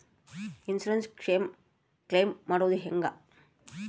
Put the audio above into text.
Insurance claim ಮಾಡೋದು ಹೆಂಗ?